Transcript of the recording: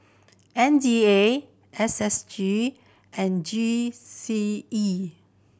M D A S S G and G C E